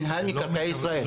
מינהל מקרקעי ישראל,